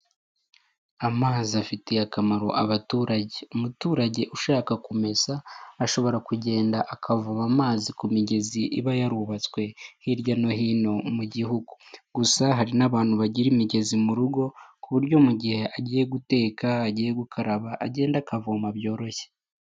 Amazi afitiye akamaro abaturage, umuturage ushaka kumesa ashobora kugenda akavoma amazi ku migezi iba yarubatswe hirya no hino mu gihugu, gusa hari n'abantu bagira imigezi mu rugo, ku buryo mu gihe agiye guteka, agiye gukaraba, agenda akavoma byoroshye.